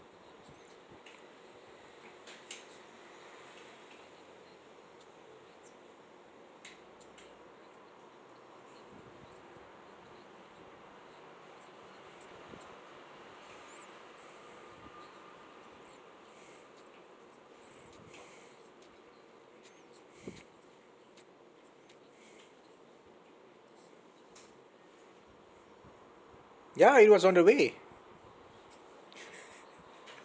ya it was on the way